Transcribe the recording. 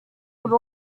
would